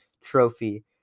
Trophy